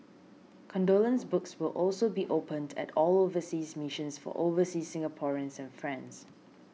condolence books will also be opened at all overseas missions for overseas Singaporeans and friends